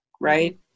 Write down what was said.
right